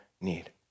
need